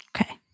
Okay